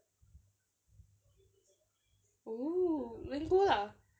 oo then go lah